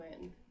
win